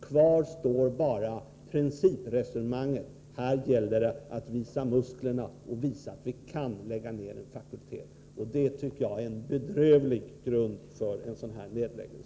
Kvar står bara principresonemanget: Här gäller det att visa musklerna och visa att vi kan lägga ner en fakultet. Det tycker jag är en bedrövlig grund för ett beslut om nedläggning.